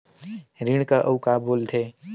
ऋण का अउ का बोल थे?